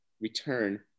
return